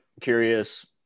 curious